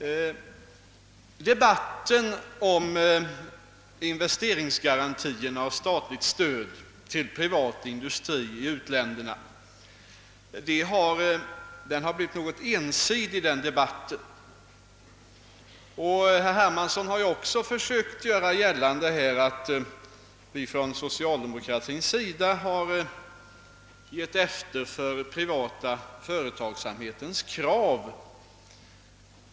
Debatten om investeringsgarantierna och statligt stöd till privat industri i u-länderna har blivit något ensidig. Herr Hermansson har här också försökt göra gällande att vi från socialdemokratins sida givit efter för den privata företagsamhetens krav.